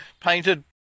painted